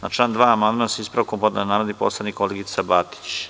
Na član 2. amandman sa ispravkom, podneo je narodni poslanik Olgica Batić.